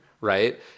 right